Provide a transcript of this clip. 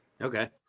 Okay